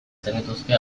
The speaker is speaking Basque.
zenituzke